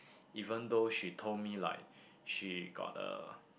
even though she told me like she got a